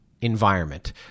environment